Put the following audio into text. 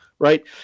Right